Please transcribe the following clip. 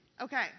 Okay